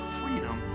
freedom